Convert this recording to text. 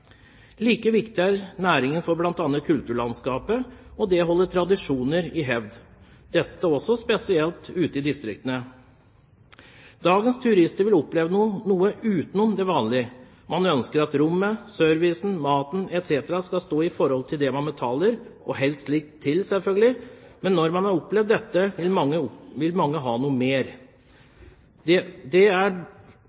Like viktig er næringen for bl.a. kulturlandskapet og det å holde tradisjoner i hevd. Dette gjelder også spesielt ute i distriktene. Dagens turister vil oppleve noe utenom det vanlige. Man ønsker at rommet, servicen, maten etc. skal stå i forhold til det man betaler, og selvfølgelig helst litt til. Men når man har opplevd dette, vil mange ha noe mer. Da er det for mange